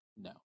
no